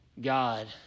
God